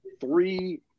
three